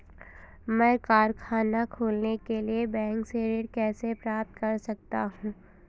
मैं कारखाना खोलने के लिए बैंक से ऋण कैसे प्राप्त कर सकता हूँ?